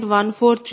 1438 j0